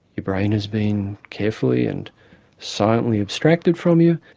your brain has been carefully and silently abstracted from you,